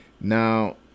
Now